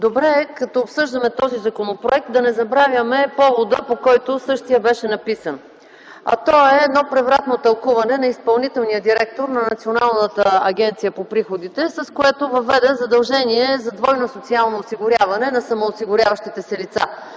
Добре е, като обсъждаме този законопроект, да не забравяме повода, по който същият беше написан: а той е едно превратно тълкуване на изпълнителния директор на Националната агенция по приходите, с което въведе задължение за двойно социално осигуряване на самоосигуряващите се лица